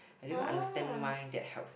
I didn't even understand why that helps